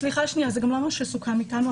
סליחה, זה גם לא מה שסוכם איתנו.